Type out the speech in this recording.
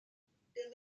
des